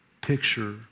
picture